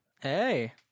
Hey